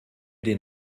den